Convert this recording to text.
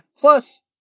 Plus